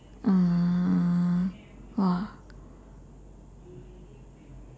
uh !wah!